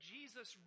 Jesus